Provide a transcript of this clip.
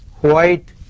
white